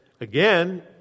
again